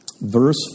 verse